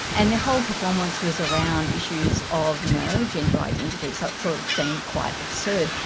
and their whole performance was around issues of you know gender identity, so it sort of seemed quite absurd.